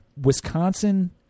Wisconsin